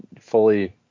fully